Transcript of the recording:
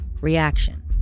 reaction